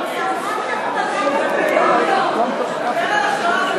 הוא דיבר על השואה,